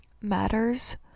Matters